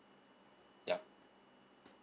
yup